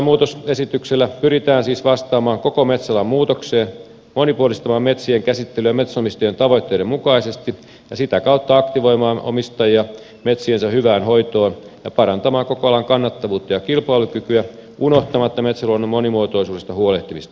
metsälain muutosesityksellä pyritään siis vastaamaan koko metsäalan muutokseen monipuolistamaan metsien käsittelyä metsänomistajien tavoitteiden mukaisesti ja sitä kautta aktivoimaan omistajia metsiensä hyvään hoitoon ja parantamaan koko alan kannattavuutta ja kilpailukykyä unohtamatta metsäluonnon monimuotoisuudesta huolehtimista